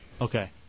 Okay